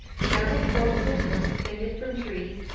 several corpses were suspended from trees,